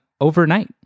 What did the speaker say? overnight